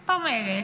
זאת אומרת,